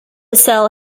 sell